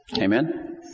Amen